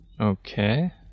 Okay